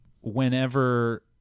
whenever